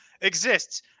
exists